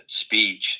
speech